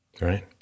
Right